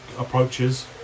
approaches